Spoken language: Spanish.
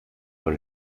con